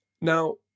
now